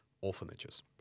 orphanages